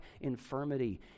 infirmity